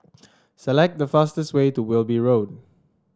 select the fastest way to Wilby Road